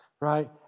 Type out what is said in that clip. Right